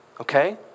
okay